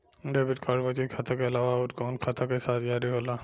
Debit card बचत खाता के अलावा अउरकवन खाता के साथ जारी होला?